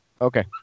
Okay